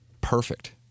perfect